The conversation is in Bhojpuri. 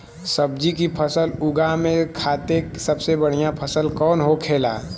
सब्जी की फसल उगा में खाते सबसे बढ़ियां कौन होखेला?